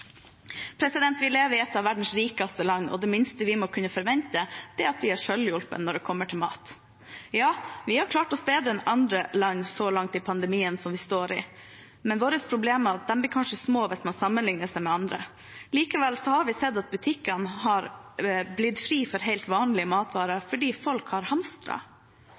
Vi lever i et av verdens rikeste land, og det minste vi må kunne forvente, er at vi er selvhjulpne når det kommer til mat. Ja, vi har klart oss bedre enn andre land så langt i pandemien som vi står i, og våre problemer blir kanskje små hvis man sammenligner seg med andre. Likevel har vi sett at butikkene har blitt fri for helt vanlige matvarer fordi folk har